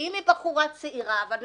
אם זו בחורה צעירה ואני